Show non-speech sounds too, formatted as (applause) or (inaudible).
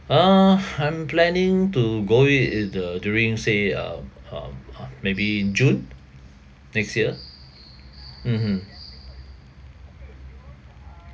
ah (breath) I'm planning to go it either during say um um uh maybe june next year mmhmm